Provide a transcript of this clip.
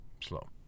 slow